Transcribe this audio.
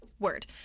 word